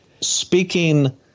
speaking